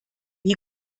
wie